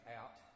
out